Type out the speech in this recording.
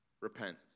Repent